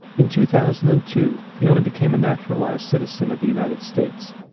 in two thousand and two, fiona became a naturalized citizen of the united states,